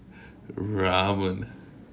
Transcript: ramen